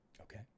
okay